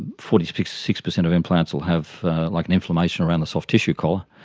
forty six six percent of implants will have like an inflammation around the soft tissue collar,